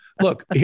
look